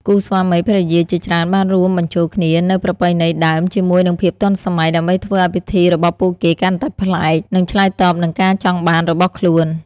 គូស្វាមីភរិយាជាច្រើនបានរួមបញ្ចូលគ្នានូវប្រពៃណីដើមជាមួយនឹងភាពទាន់សម័យ ដើម្បីធ្វើឱ្យពិធីរបស់ពួកគេកាន់តែប្លែក និងឆ្លើយតបនឹងការចង់បានរបស់ខ្លួន ។